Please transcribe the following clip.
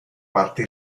parte